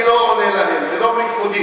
אני לא עונה להם, זה לא לכבודי.